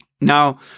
Now